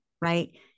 Right